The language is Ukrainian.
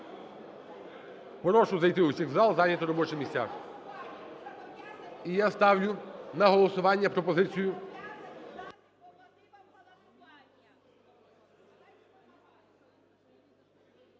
прошу зайти всіх у зал, зайняти робочі місця. І я ставлю на голосування пропозицію…